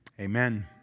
amen